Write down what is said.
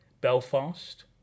Belfast